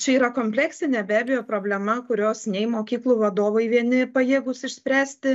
čia yra kompleksinė be abejo problema kurios nei mokyklų vadovai vieni pajėgūs išspręsti